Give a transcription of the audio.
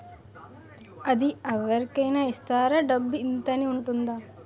అది అవరి కేనా ఇస్తారా? డబ్బు ఇంత అని ఉంటుందా?